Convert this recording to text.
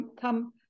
Come